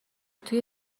توی